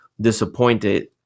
disappointed